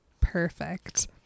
perfect